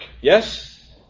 Yes